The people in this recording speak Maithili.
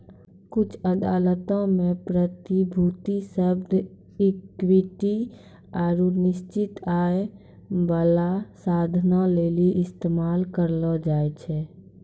कुछु अदालतो मे प्रतिभूति शब्द इक्विटी आरु निश्चित आय बाला साधन लेली इस्तेमाल करलो जाय छै